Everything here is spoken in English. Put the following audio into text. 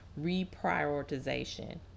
reprioritization